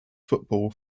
football